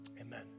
Amen